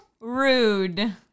rude